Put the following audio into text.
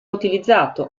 utilizzato